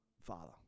father